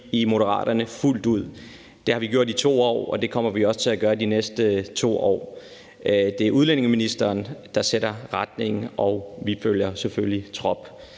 i Moderaterne fuldt ud. Det har vi gjort i 2 år, og det kommer vi også til at gøre de næste 2 år. Det er udlændingeministeren, der sætter retningen, og vi følger selvfølgelig trop.